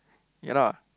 ya lah